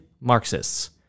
Marxists